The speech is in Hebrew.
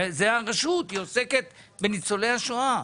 סאת הרשות והיא עוסקת בניצולי השואה.